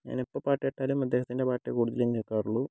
ഞാൻ എപ്പോൾ പാട്ട് കേട്ടാലും അദ്ദേഹത്തിൻ്റെ പാട്ടേ കൂടുതലും കേൾക്കാറുള്ളൂ